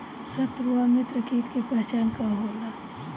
सत्रु व मित्र कीट के पहचान का होला?